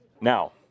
now